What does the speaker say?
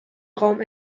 raum